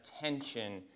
Attention